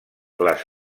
les